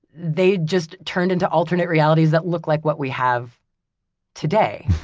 they just turn into alternate realities that look like what we have today.